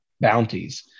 bounties